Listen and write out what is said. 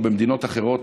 או מדינות אחרות,